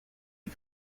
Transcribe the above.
est